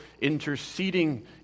interceding